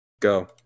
go